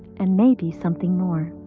and maybe something more.